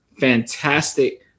fantastic